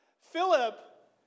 Philip